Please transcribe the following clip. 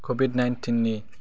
Covid नाइनटिननि